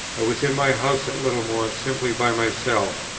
i was in my house at littlemore simply by myself,